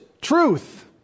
truth